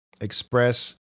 express